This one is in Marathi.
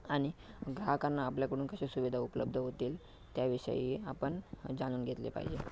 आणि ग्राहकांना आपल्याकडून कशी सुविधा उपलब्ध होतील त्याविषयी आपण जाणून घेतले पाहिजे